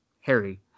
Harry